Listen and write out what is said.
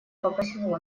попросил